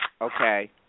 okay